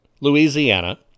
Louisiana